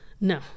No